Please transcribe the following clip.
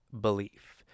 belief